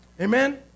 amen